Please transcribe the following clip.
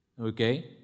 okay